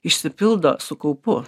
išsipildo su kaupu